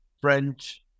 french